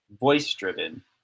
voice-driven